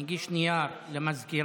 מגיש נייר למזכירה,